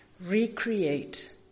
recreate